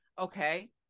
Okay